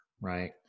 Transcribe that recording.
right